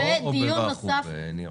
פה או בוועחו"ב, נירה?